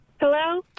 Hello